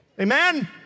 Amen